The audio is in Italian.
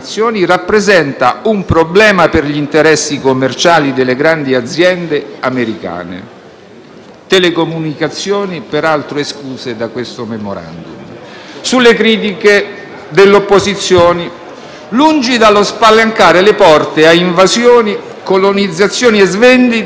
(telecomunicazioni peraltro escluse da questo *memorandum*). Sulle critiche delle opposizioni, lungi dallo spalancare le porte a invasioni, colonizzazioni e svendite, noi stiamo mettendo regole e paletti a una penetrazione economica cinese in Italia